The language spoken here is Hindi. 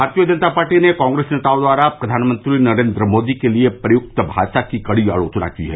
भारतीय जनता पार्टी ने कांग्रेस नेताओं द्वारा प्रधानमंत्री नरेन्द्र मोदी के लिए प्रयुक्त भाषा की कड़ी आलोचना की है